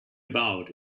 about